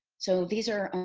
so these are